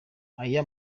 aya